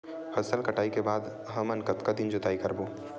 फसल कटाई के बाद हमन कतका दिन जोताई करबो?